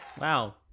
Wow